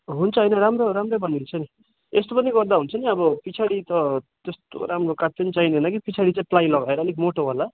हुन्छ होइन राम्रो राम्रै बनिन्छ नि यस्तो पनि गर्दा हुन्छ नि अब पछाडि त त्यस्तो राम्रो काठ पनि चाहिँदैन कि पछाडि चाहिँ प्लाइ लगाएर अलिक मोटो वाला